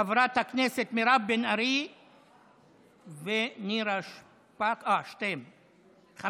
חברות הכנסת מירב בן ארי ונירה שפק, חמש-חמש.